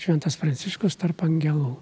šventas pranciškus tarp angelų